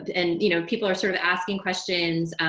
and you know people are sort of asking questions